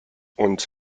und